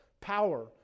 power